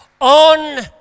On